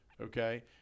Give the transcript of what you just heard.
okay